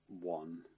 one